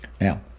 Now